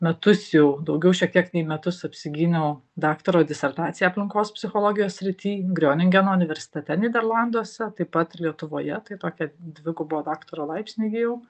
metus jau daugiau šiek tiek nei metus apsigyniau daktaro disertaciją aplinkos psichologijos srity grioningeno universitete nyderlanduose taip pat lietuvoje tai tokią dvigubo daktaro laipsnį įgijau